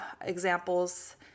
examples